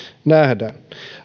nähdään